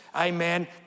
amen